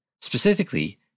Specifically